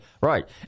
right